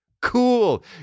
Cool